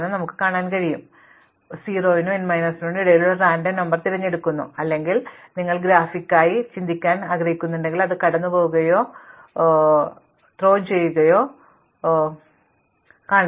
അതിനാൽ ഇതിനെ ചിന്തിക്കുക ഞാൻ 0 നും n മൈനസ് 1 നും ഇടയിലുള്ള ഒരു റാൻഡം നമ്പർ തിരഞ്ഞെടുക്കുന്നു അല്ലെങ്കിൽ നിങ്ങൾ ഗ്രാഫിക്കായി ചിന്തിക്കാൻ ആഗ്രഹിക്കുന്നുവെങ്കിൽ അത് കടന്നുപോകുകയോ എറിയുകയോ ചെയ്യുന്നു